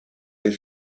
est